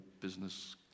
business